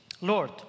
lord